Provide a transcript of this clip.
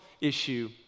issue